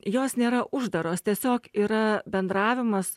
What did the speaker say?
jos nėra uždaros tiesiog yra bendravimas